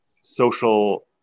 social